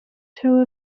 toe